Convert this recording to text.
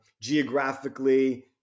geographically